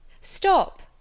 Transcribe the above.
Stop